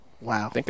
Wow